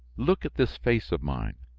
look at this face of mine.